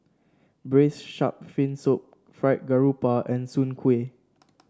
Braised Shark Fin Soup Fried Garoupa and Soon Kuih